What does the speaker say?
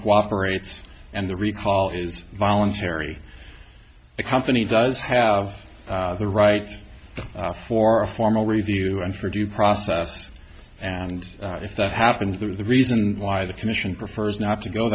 cooperate and the recall is voluntary the company does have the right for a formal review and for due process and if that happens through the reason why the commission prefers not to go